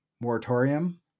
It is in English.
moratorium